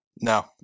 no